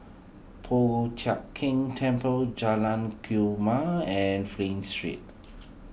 Po Chiak Keng Temple Jalan Kumia and Flint Street